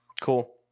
cool